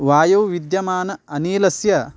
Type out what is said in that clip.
वायोः विद्यमानम् अनिलस्य